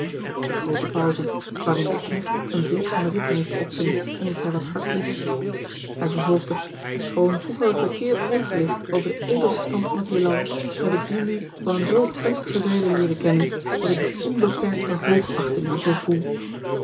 groote pauze waarin de knecht een blik van den ridmeester opving omdat hij wat hard liep hij vervolgde schoon vroeger verkeerd ingelicht over den edelsten stand van het heelal heb ik dien nu van eene zoo gunstige zijde leeren kennen dat ik de onbeperktste hoogachting er voor gevoel